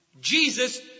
Jesus